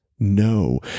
No